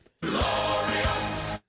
Glorious